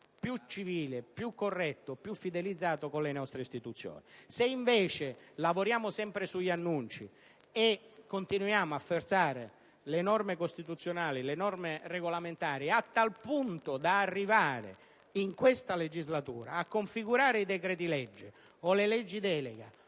più civile, più corretto e più fidelizzato con le istituzioni. Lavoriamo, invece, sempre sugli annunci e continuiamo a forzare le norme costituzionali e regolamentari, fino ad arrivare in questa legislatura a configurare i decreti-legge, le leggi delega